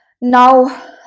now